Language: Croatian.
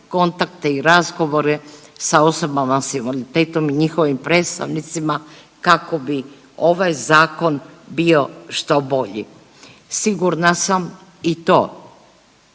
kontakte i razgovore sa osobama s invaliditetom i njihovim predstavnicima kako bi ovaj zakon bio što bolji. Sigurna sam i to